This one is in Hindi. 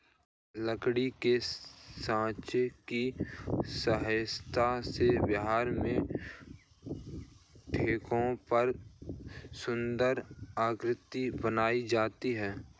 लकड़ी के साँचा की सहायता से बिहार में ठेकुआ पर सुन्दर आकृति बनाई जाती है